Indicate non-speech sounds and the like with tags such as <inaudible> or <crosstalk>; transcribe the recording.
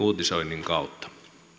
<unintelligible> uutisoinnin kautta